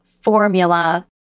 formula